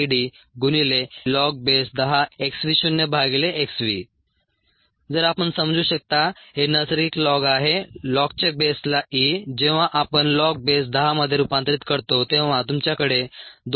303kd log10 जर आपण समजू शकता हे नैसर्गिक लॉग आहे लॉगच्या बेसला इ जेव्हा आपण लॉग बेस 10 मध्ये रूपांतरित करतो तेव्हा तुमच्याकडे 2